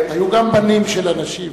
היו גם בנים של אנשים.